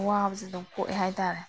ꯑꯋꯥꯕꯁꯤ ꯑꯗꯨꯝ ꯀꯣꯛꯏ ꯍꯥꯏꯇꯔꯦ